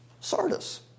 Sardis